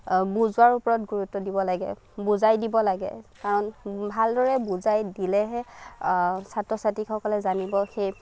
বুজোৱাৰ ওপৰত গুৰুত্ব দিব লাগে বুজাই দিব লাগে কাৰণ ভালদৰে বুজাই দিলেহে ছাত্ৰ ছাত্ৰীসকলে জানিব সেই